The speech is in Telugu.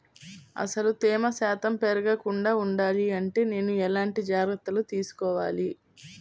అసలు తేమ శాతం పెరగకుండా వుండాలి అంటే నేను ఎలాంటి జాగ్రత్తలు తీసుకోవాలి?